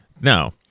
Now